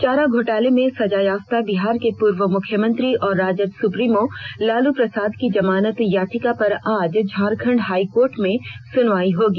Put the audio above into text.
चारा घोटाले में सजायाफ्ता बिहार के पूर्व मुख्यमंत्री और राजद सुप्रीमो लालू प्रसाद की जमानत याचिका पर आज झारखंड हाईकोर्ट में सुनवाई होगी